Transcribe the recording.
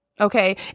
Okay